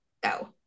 go